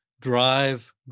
drive